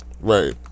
right